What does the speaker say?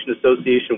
Association